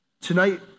Tonight